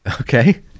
Okay